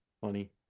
funny